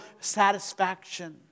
satisfaction